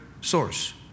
source